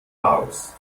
laos